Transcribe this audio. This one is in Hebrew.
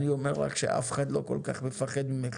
אני אומר לך שאף אחד לא כל כך מפחד ממך.